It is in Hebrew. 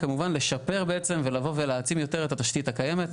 זה כמובן לשפר ולהעצים את התשתית הקיימת.